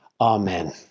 Amen